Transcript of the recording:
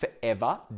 forever